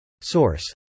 Source